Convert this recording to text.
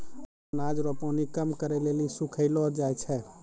अनाज रो पानी कम करै लेली सुखैलो जाय छै